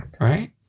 Right